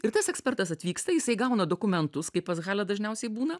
ir tas ekspertas atvyksta jisai gauna dokumentus kai pas halę dažniausiai būna